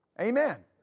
amen